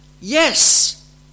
yes